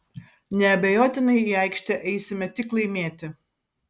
neabejotinai į aikštę eisime tik laimėti